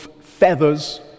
feathers